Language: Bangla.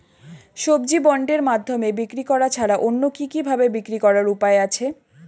সবজি বন্ডের মাধ্যমে বিক্রি করা ছাড়া অন্য কি কি ভাবে বিক্রি করার উপায় আছে?